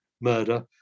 murder